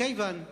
מכיוון שאנחנו,